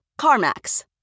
CarMax